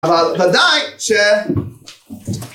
אבל ודאי ש...